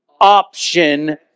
option